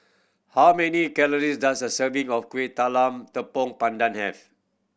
how many calories does a serving of Kueh Talam Tepong Pandan have